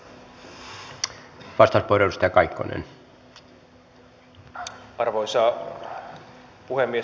arvoisa puhemies